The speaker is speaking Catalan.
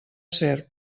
serp